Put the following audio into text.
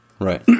Right